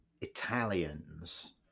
Italians